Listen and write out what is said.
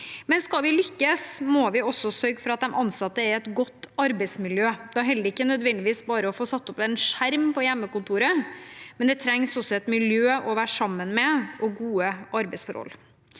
par. Skal vi lykkes, må vi også sørge for at de ansatte er i et godt arbeidsmiljø. Da holder det ikke nødvendigvis bare å få satt opp en skjerm på hjemmekontoret, men det trengs også et miljø å være sammen med og gode arbeidsforhold.